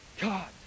God